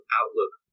outlook